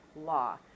law